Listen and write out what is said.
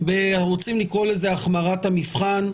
ב"החמרת המבחן",